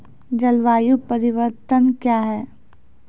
जलवायु परिवर्तन कया हैं?